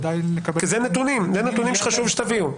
אלה נתונים שחשוב שתביאו,